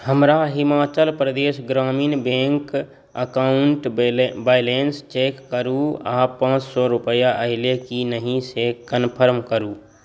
हमरा Himachal Pradesh Gramin bank account बै balance check करू आओर पाँच सओ रुपैआ अएले कि नहि से कन्फर्म करू